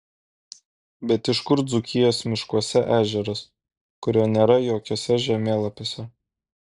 bet iš kur dzūkijos miškuose ežeras kurio nėra jokiuose žemėlapiuose